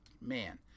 man